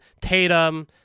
Tatum